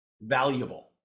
valuable